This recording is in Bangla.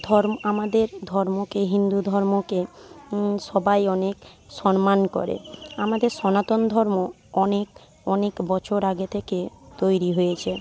ধর্ম আমাদের ধর্মকে হিন্দু ধর্মকে সবাই অনেক সন্মান করে আমাদের সনাতন ধর্ম অনেক অনেক বছর আগে থেকে তৈরি হয়েছে